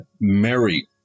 Mary